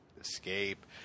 escape